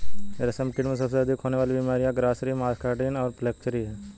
रेशमकीट में सबसे अधिक होने वाली बीमारियां ग्रासरी, मस्कार्डिन और फ्लैचेरी हैं